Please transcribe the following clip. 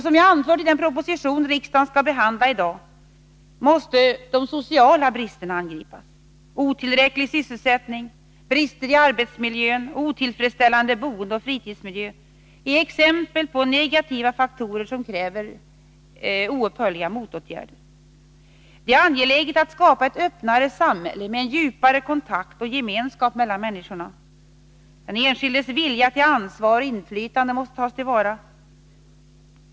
Som jag anfört i den proposition som riksdagen skall behandla i dag måste de sociala bristerna angripas. Otillräcklig sysselsättning, brister i arbetsmiljön och otillfredsställande boendeoch fritidsmiljö är exempel på negativa faktorer som kräver oupphörliga motåtgärder. Det är angeläget att skapa ett öppnare samhälle med en djupare kontakt och gemenskap mellan människorna. Den enskildes vilja till ansvar och inflytande måste tas till vara.